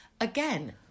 Again